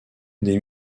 des